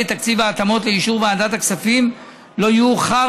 את תקציב ההתאמות לאישור ועדת הכספים לא יאוחר